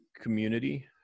community